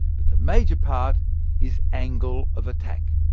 but the major part is angle of attack.